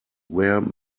where